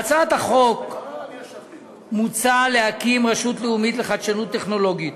בהצעת החוק מוצע להקים רשות לאומית לחדשנות טכנולוגית,